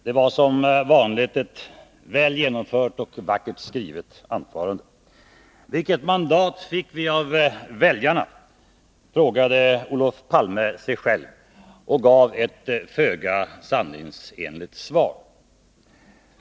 Det var som vanligt ett väl genomfört och vackert skrivet anförande. Vilket mandat fick vi av väljarna, frågade Olof Palme sig själv och gav ett föga sanningsenligt svar.